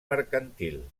mercantil